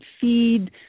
feed